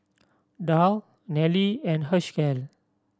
Darl Nelly and Hershel